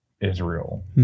Israel